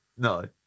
No